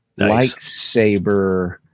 lightsaber